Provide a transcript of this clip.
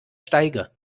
steige